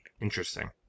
interesting